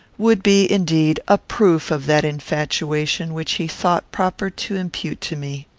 would be, indeed, a proof of that infatuation which he thought proper to impute to me.